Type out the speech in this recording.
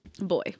Boy